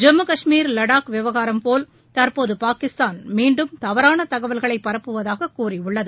ஜம்மு காஷ்மீர் வடாக் விவகாரம் போல் தற்போது பாகிஸ்தான் மீண்டும் தவறான தகவல்களை பரப்புவதாக கூறியுள்ளது